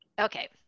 Okay